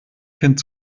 kind